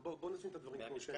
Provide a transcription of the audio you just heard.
בואו נשים את הדברים כמו שהם.